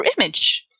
image